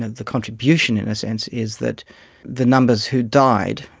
the contribution in a sense is that the numbers who died,